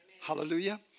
Hallelujah